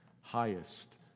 Highest